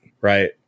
right